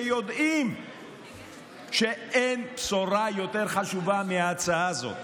שיודעים שאין בשורה יותר חשובה מההצעה הזו.